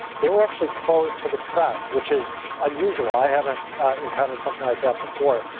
they were actually closed to the press, which is unusual. i haven't encountered something like that before.